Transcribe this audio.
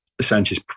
Sanchez